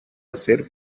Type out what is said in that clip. hacer